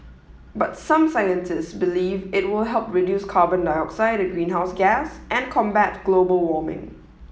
but some scientists believe it will help reduce carbon dioxide a greenhouse gas and combat global warming